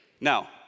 Now